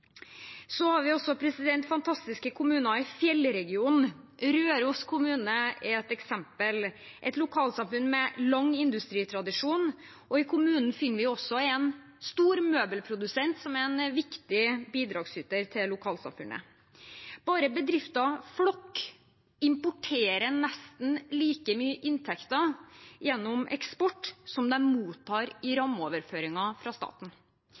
har også fantastiske kommuner i fjellregionen. Røros kommune er et eksempel – et lokalsamfunn med lang industritradisjon, og i kommunen finner vi også en stor møbelprodusent som er en viktig bidragsyter til lokalsamfunnet. Bare bedriften Flokk importerer nesten like mye inntekter gjennom eksport som de mottar i rammeoverføringer fra staten.